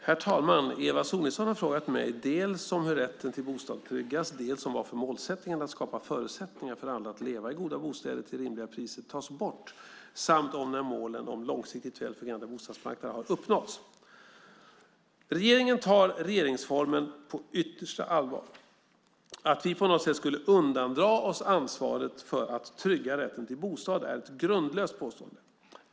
Herr talman! Eva Sonidsson har frågat mig om dels hur rätten till bostad tryggas, dels varför målsättningen att skapa förutsättningar för alla att leva i goda bostäder till rimliga priser tas bort samt när målen om långsiktigt väl fungerande bostadsmarknader har uppnåtts. Regeringen tar regeringsformen på yttersta allvar. Att vi på något sätt skulle undandra oss ansvaret för att trygga rätten till bostad är ett grundlöst påstående.